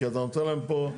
כי אתה נותן להם פה,